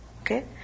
Okay